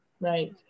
right